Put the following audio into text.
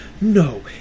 No